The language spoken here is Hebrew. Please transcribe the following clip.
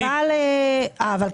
אם יש לה רישיון, אין בעיה.